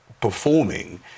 performing